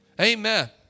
Amen